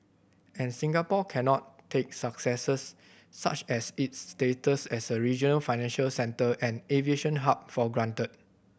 and Singapore cannot take successes such as its status as a regional financial centre and aviation hub for granted